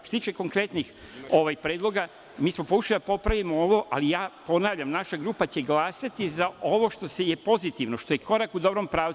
Što se tiče konkretnih predloga, pokušali smo da popravimo ovo, ali ja ponavljam, naša grupa će glasati za ovo što je pozitivno, što je korak u dobrom pravcu.